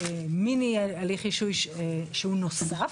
מיני הליך רישוי שהוא נוסף.